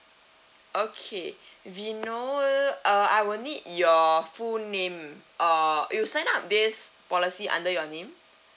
okay vinod uh I will need your full name uh you sign up this policy under your name